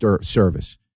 service